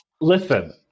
Listen